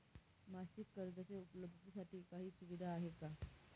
मासिक कर्जाच्या उपलब्धतेसाठी काही सुविधा आहे का?